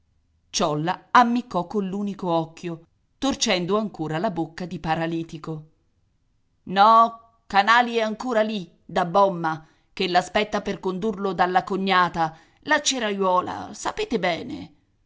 ciolla ammiccò coll'unico occhio torcendo ancora la bocca di paralitico no canali è ancora lì da bomma che l'aspetta per condurlo dalla cognata la ceraiuola sapete bene